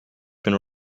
been